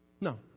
No